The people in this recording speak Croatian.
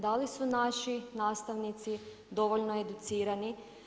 Da li su naši nastavnici dovoljno educirani?